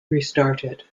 restarted